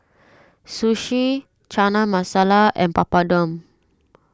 Sushi Chana Masala and Papadum